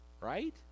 right